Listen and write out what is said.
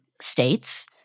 states